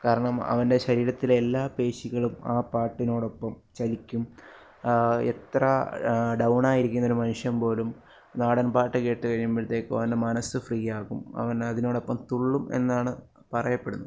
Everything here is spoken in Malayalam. കാരണം അവൻ്റെ ശരീരത്തിലെ എല്ലാ പേശികളും ആ പാട്ടിനോടൊപ്പം ചലിക്കും എത്ര ഡൗൺ ആയിരിക്കുന്ന ഒരു മനുഷ്യൻ പോലും നാടൻപാട്ട് കേട്ട് കഴിയുമ്പോഴത്തെക്കും അവൻ്റെ മനസ്സ് ഫ്രീ ആകും അവൻ അതിനോടൊപ്പം തുള്ളും എന്നാണ് പറയപ്പെടുന്നത്